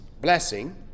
blessing